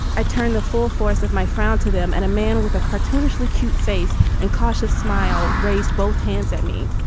i turned the full force of my frown to them, and a man with a cartoonishly cute face and cautious smile raised both hands at me.